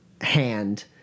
hand